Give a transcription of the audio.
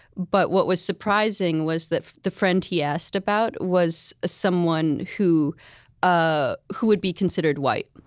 but what was surprising was that the friend he asked about was someone who ah who would be considered white.